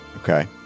Okay